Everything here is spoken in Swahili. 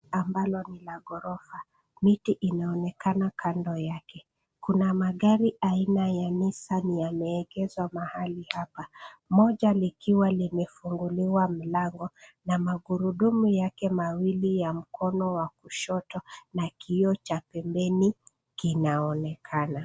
Ambalo ni ghorofa. Miti inaonekana kando yake. Kuna magari aina ya Nissan yameegezwa mahali hapa moja likiwa limefunguliwa mlango na magurudumu yake mawili ya mkono wa kushoto na kioo cha pembeni kinaonekana.